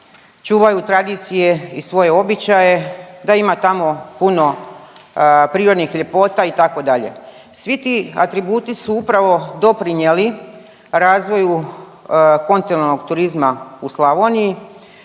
čuvaju tradicije i svoje običaje, da ima tamo puno prirodnih ljepota itd. Svi ti atributi su upravo doprinijeli razvoju kontinentalnog turizma u Slavoniji